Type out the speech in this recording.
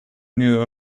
knew